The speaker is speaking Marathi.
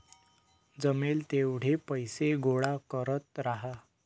जमेल तेवढे पैसे गोळा करत राहा